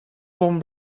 bon